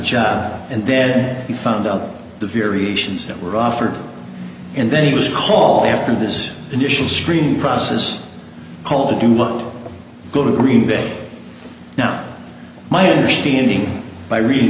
job and then he found out the variations that were offered and then he was call after this initial screening process called you look good with green bay now my understanding by reading